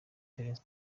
itarenze